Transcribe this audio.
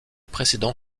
précédent